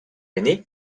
aîné